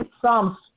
Psalms